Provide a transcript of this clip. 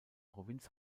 provinz